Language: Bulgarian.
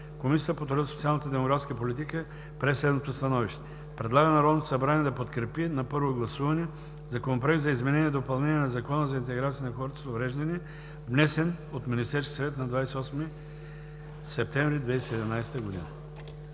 Комисията по труда, социалната и демографската политика прие следното становище: Предлага на Народното събрание да подкрепи на първо гласуване Законопроекта за изменение и допълнение на Закона за интеграция на хората с увреждания, внесен от Министерски съвет на 28 септември 2017 г.“